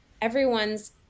everyone's